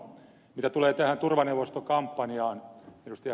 mitä tulee tähän turvaneuvostokampanjaan ed